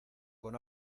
con